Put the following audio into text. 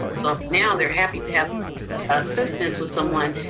and so now they're happy to have assistance with someone,